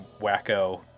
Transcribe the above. wacko